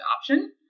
option